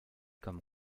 comme